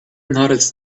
noticed